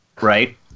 Right